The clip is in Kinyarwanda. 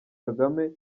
kagame